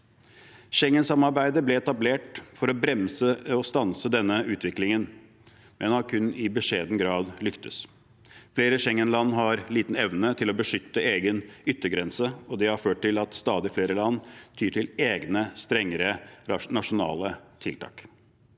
Schengen-samarbeidet ble etablert for å bremse og stanse denne utviklingen, men har kun i beskjeden grad lyktes. Flere Schengen-land har liten evne til å beskytte egen yttergrense, og det har ført til at stadig flere land tyr til egne strengere nasjonale tiltak.